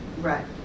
Right